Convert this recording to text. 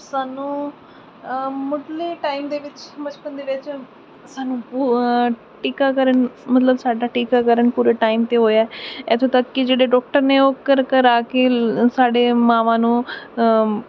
ਸਾਨੂੰ ਮੁੱਢਲੇ ਟਾਈਮ ਦੇ ਵਿੱਚ ਬਚਪਨ ਦੇ ਵਿੱਚ ਸਾਨੂੰ ਟੀਕਾਕਰਨ ਮਤਲਬ ਸਾਡਾ ਟੀਕਾਕਰਨ ਪੂਰੇ ਟਾਈਮ 'ਤੇ ਹੋਇਆ ਇੱਥੋਂ ਤੱਕ ਕਿ ਜਿਹੜੇ ਡੋਕਟਰ ਨੇ ਉਹ ਘਰ ਘਰ ਆ ਕੇ ਸਾਡੀਆਂ ਮਾਵਾਂ ਨੂੰ